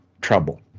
trouble